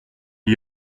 d’y